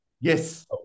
Yes